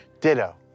Ditto